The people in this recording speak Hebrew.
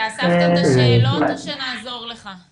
אביעד, אספת את השאלות או שנעזור לך?